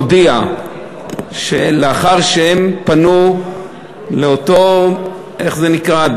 הודיע שלאחר שהם פנו לאותו, איך זה נקרא?